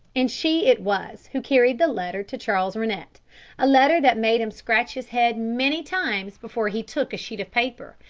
and she it was who carried the letter to charles rennett a letter that made him scratch his head many times before he took a sheet of paper,